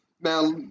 now